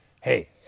hey